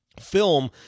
film